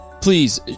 Please